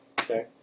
Okay